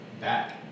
back